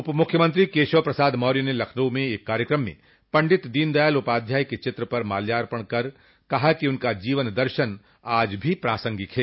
उप मुख्यमंत्री केशव प्रसाद मौर्य ने लखनऊ में एक कार्यक्रम में पंडित दीन दयाल उपाध्याय के चित्र पर माल्यार्पण करते हुए कहा कि उनका जीवन दर्शन आज भी प्रसांगिक है